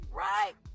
right